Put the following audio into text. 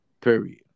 Period